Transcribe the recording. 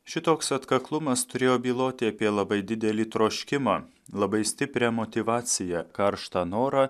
šitoks atkaklumas turėjo byloti apie labai didelį troškimą labai stiprią motyvaciją karštą norą